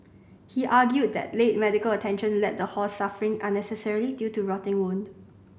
he argued that late medical attention led the horse suffering unnecessarily due to rotting wound